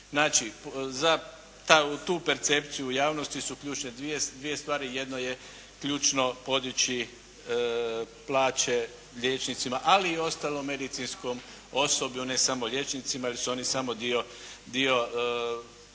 Znači, za tu percepciju javnosti su ključne dvije stvari. Jedno je ključno podići plaće liječnicima, ali i ostalom medicinskom osoblju, ne samo liječnicima jer su oni samo dio